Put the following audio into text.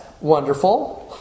wonderful